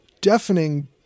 deafening